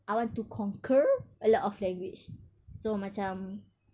I want to conquer a lot of language so macam